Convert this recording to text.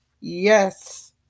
Yes